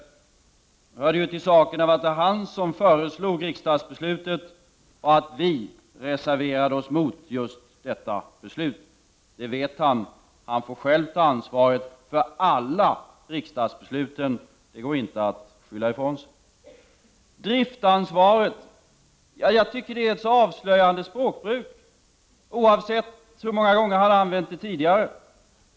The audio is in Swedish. Nu hör det till saken att det var han som föreslog riksdagsbeslutet och att vi reserverade oss mot just detta beslut. Det vet han. Han får själv ta ansvaret för alla riksdagsbesluten — det går inte att skylla ifrån sig. ”Driftsansvaret” — jag tycker det är ett avslöjande språkbruk, oavsett hur många gånger han har använt det tidigare.